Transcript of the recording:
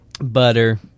Butter